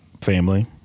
family